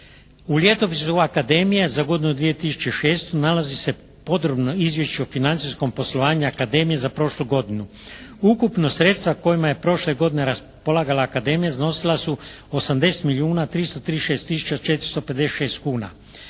U ljetopisu akademije za godinu 2006. nalazi se podrobno izvješće o financijskom poslovanju akademije za prošlu godinu. Ukupno sredstva kojima je prošle godine raspolagala akademija iznosila su 80 milijuna